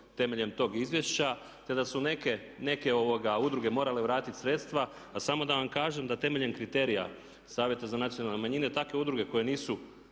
temeljem tog izvješća, te da su neke udruge morale vratiti sredstva. A samo da vam kažem da temeljem kriterija Savjeta za nacionalne manjine takve udruge koje nisu,